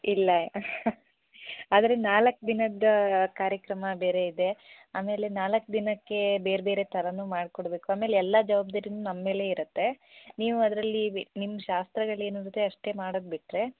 ಇಲ್ಲ ಆದರೆ ನಾಲ್ಕು ದಿನದ ಕಾರ್ಯಕ್ರಮ ಬೇರೆ ಇದೆ ಆಮೇಲೆ ನಾಲ್ಕು ದಿನಕ್ಕೆ ಬೇರೆ ಬೇರೆ ಥರಾನು ಮಾಡ್ಕೊಡ್ಬೇಕು ಆಮೇಲೆ ಎಲ್ಲ ಜವಾಬ್ದಾರಿಯೂ ನಮ್ಮ ಮೇಲೆ ಇರತ್ತೆ ನೀವು ಅದರಲ್ಲಿ ನಿಮ್ಮ ಶಾಸ್ತ್ರಗಳೇನಿರುತ್ತೆ ಅಷ್ಟೇ ಮಾಡೋದು ಬಿಟ್ಟರೆ